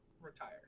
retire